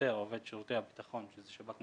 שוטר או עובד שירותי הביטחון שזה שב"כ,